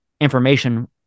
information